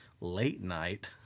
late-night